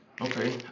Okay